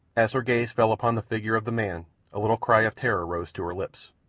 as her gaze fell upon the figure of the man a little cry of terror rose to her lips.